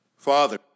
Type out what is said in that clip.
Father